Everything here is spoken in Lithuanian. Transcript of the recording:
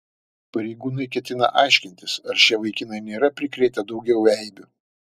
pareigūnai ketina aiškintis ar šie vaikinai nėra prikrėtę daugiau eibių